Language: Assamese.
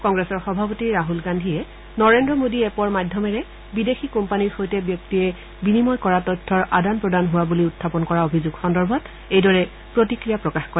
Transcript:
কংগ্ৰেছৰ সভাপতি ৰাছল গাদ্ধীয়ে নৰেজ্ৰ মোডী এপ্ৰ মাধ্যমেৰে বিদেশী কোম্পানীৰ সৈতে ব্যক্তিয়ে বিনিময় কৰা তথ্যৰ আদান প্ৰদান হোৱা বুলি উখাপন কৰা অভিযোগ সন্দৰ্ভত এইদৰে প্ৰতিক্ৰিয়া প্ৰকাশ কৰে